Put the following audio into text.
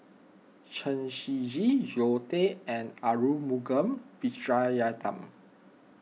Chen Shiji Zoe Tay and Arumugam Vijiaratnam